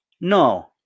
No